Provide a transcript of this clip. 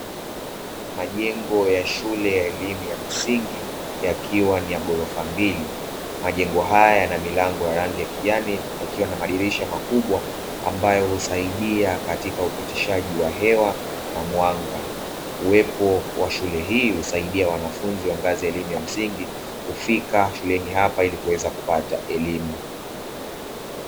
Majengo ya elimu ya shule ya msingi yakiwa ni ya ghorofa mbili, majengo haya yanamilango ya rangi ya kijani yakiwa na madirisha makubwa ambayo husaidia katika upitishaji wa hewa na mwanga, uwepo wa shule hii husaidia wanafunzi wa ngazi ya shule ya msingi kufika shuleni hapa ilikuweza kupata elimu.